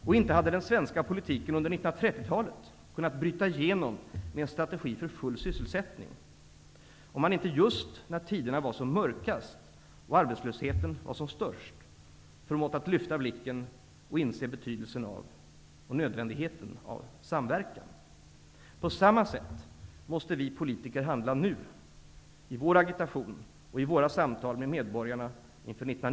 Och inte hade den svenska politiken under 1930-talet kunnat bryta igenom med en strategi för full sysselsättning, om man inte just när tiderna var som mörkast och när arbetslösheten var som störst, förmått att lyfta blicken och att inse betydelsen och nödvändigheten av samverkan. På samma sätt måste vi politiker handla nu, i vår agitation och i våra samtal med medborgarna inför